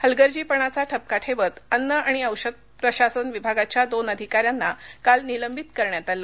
हलगर्जीपणाचा ठपका ठेवत अन्न औषध प्रशासन विभागाच्या दोन अधिकाऱ्यांना काल निलंबित करण्यात आलं